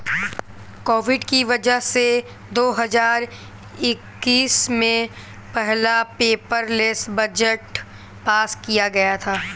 Covid की वजह से दो हजार इक्कीस में पहला पेपरलैस बजट पास किया गया था